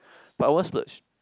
but I won't splurge